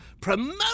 promote